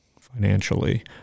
financially